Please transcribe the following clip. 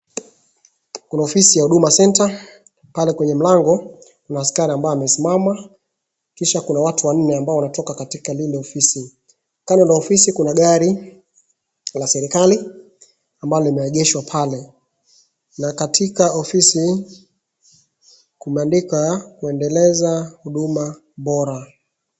Kuna ofisi ya Huduma Centre, pale kwenye mlango kuna askari ambaye amesimama kisha kuna watu wanne ambao wanatoka katika lile ofisi. Kando na ofisi kuna gari la serikali ambalo limeegeshwa pale. Na katika ofisi kumeandikwa ,kuendeleza huduma bora.